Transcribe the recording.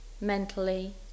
mentally